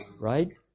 right